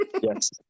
Yes